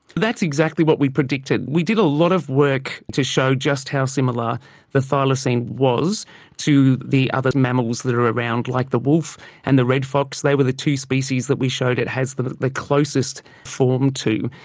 that's exactly what we predicted. we did a lot of work to show just how similar the thylacine was to the other mammals that are around like the wolf and the red fox. they were the two species that we showed it has the the closest form to.